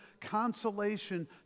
consolation